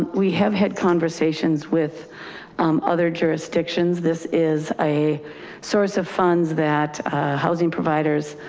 we have had conversations with um other jurisdictions. this is a source of funds that housing providers.